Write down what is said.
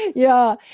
yeah.